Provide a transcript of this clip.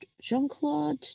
Jean-Claude